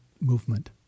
movement